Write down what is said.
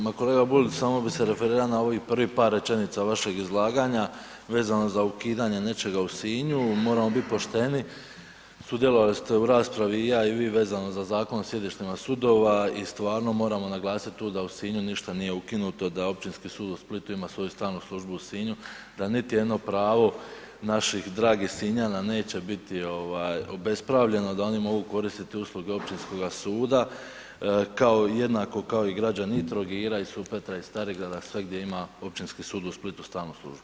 Ma kolega Bulj, samo bi se referirao na ovih prvih par rečenica vašeg izlaganja vezano za ukidanje nečega u Sinju, moramo biti pošteni, sudjelovali ste u raspravi i ja i vi vezano za Zakon o sjedištima sudova i stvarno moramo naglasiti tu da u Sinju ništa nije ukinuto, da Općinski sud u Splitu ima svoju stalno službu u Sinju, da niti jedno pravo naših dragih Sinjana neće biti obespravljeno, da oni mogu koristiti usluge općinskoga suda jednako kao i građani i Trogira i Supetra i Starigrada, sve gdje ima Općinski sud u Splitu stalnu službu, hvala.